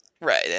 Right